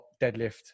deadlift